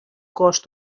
cost